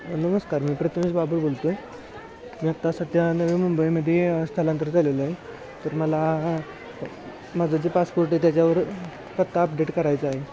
नमस्कार मी प्रतमेश बाबू बोलतोय मी आत्ता सध्या नवीन मुंबईमध्ये स्थलांतर झालेलो आहे तर मला माझं जे पासपोर्ट आहे त्याच्यावर पत्ता अपडेट करायचा आहे